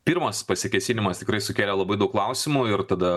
pirmas pasikėsinimas tikrai sukelė labai daug klausimų ir tada